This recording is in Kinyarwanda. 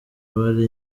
abari